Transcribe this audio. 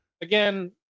Again